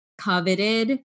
coveted